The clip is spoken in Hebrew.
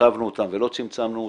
הרחבנו אותם ולא צמצמנו אותם,